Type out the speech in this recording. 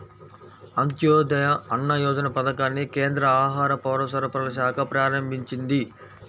అంత్యోదయ అన్న యోజన పథకాన్ని కేంద్ర ఆహార, పౌరసరఫరాల శాఖ ప్రారంభించింది